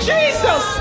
Jesus